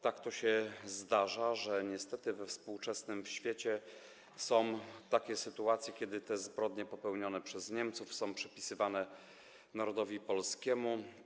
Tak to się zdarza, że niestety we współczesnym świecie są takie sytuacje, że zbrodnie popełnione przez Niemców są przypisywane narodowi polskiemu.